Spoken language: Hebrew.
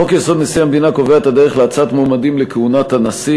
חוק-יסוד: נשיא המדינה קובע את הדרך להצעת מועמדים לכהונת הנשיא,